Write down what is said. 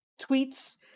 tweets